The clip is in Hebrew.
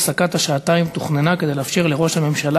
הפסקת השעתיים תוכננה כדי לאפשר לראש הממשלה,